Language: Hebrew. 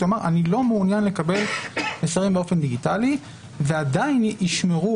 אני לא מעוניין לקבל מסרים באופן דיגיטלי ועדיין ישמרו